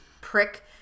prick